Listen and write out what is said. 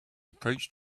approach